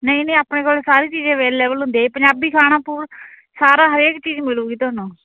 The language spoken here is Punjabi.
ਨਹੀਂ ਨਹੀਂ ਆਪਣੇ ਕੋਲ ਸਾਰੀ ਚੀਜ਼ ਅਵੇਲੇਬਲ ਹੁੰਦੀ ਪੰਜਾਬੀ ਖਾਣਾ ਪੂਰਾ ਸਾਰਾ ਹਰੇਕ ਚੀਜ਼ ਮਿਲੂਗੀ ਤੁਹਾਨੂੰ